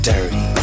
Dirty